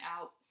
out